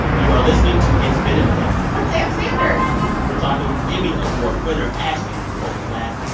you are listening to it's been a minute with sam sanders we're talking with emmy award-winner ashley nicole black,